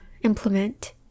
implement